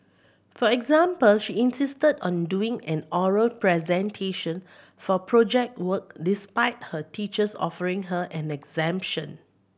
for example she insisted on doing an oral presentation for Project Work despite her teachers offering her an exemption